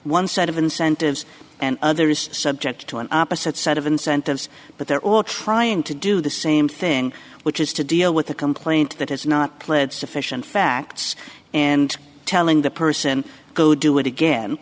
one set of incentives and other is subject to an opposite set of incentives but they're all trying to do the same thing which is to deal with a complaint that has not pled sufficient facts and telling the person go do it again